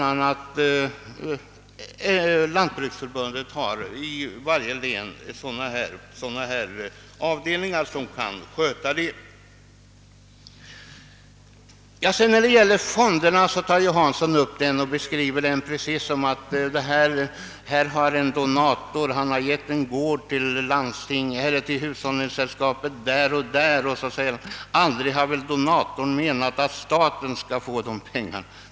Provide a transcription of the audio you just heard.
a. lantbruksförbundet har i varje län avdelningar som kan sköta sådant. Herr Hansson beskriver fonderna så, att en donator har givit en gåva till hushållningssällskapet, och aldrig har väl donatorn menat att staten skall få pengarna.